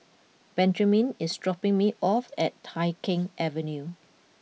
Benjiman is dropping me off at Tai Keng Avenue